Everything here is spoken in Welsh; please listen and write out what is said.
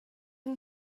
yng